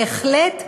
בהחלט,